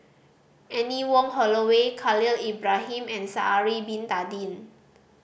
Anne Wong Holloway Khalil Ibrahim and Sha'ari Bin Tadin